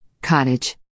cottage